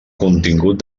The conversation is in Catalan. contingut